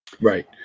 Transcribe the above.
Right